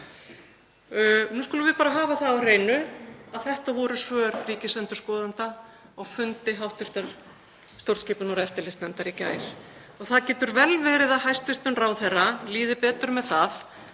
Nú skulum við bara hafa það á hreinu að þetta voru svör ríkisendurskoðanda á fundi hv. stjórnskipunar- og eftirlitsnefndar í gær. Það getur vel verið að hæstv. ráðherra líði betur með það